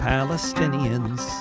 Palestinians